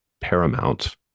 paramount